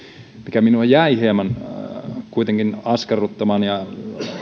mikä minua jäi kuitenkin hieman askarruttamaan ja